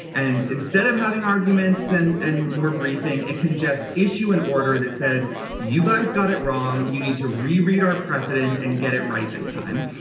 and instead of having arguments and and more briefing it congest issue an order that says you guys got it wrong you need to reread our precedents and get it right this time.